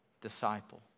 disciple